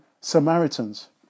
Samaritans